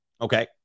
Okay